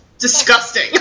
Disgusting